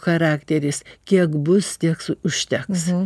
charakteris kiek bus tieks užteks